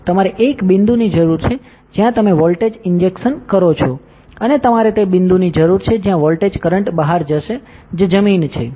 તમારે એક બિંદુની જરૂર છે જ્યાં તમે વોલ્ટેજ ઇન્જેક્શન કરો છો અને તમારે તે બિંદુની જરૂર છે જ્યાં વોલ્ટેજ કરંટ બહાર જશે જે જમીન છે